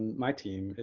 my team,